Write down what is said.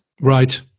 Right